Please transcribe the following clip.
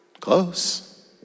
Close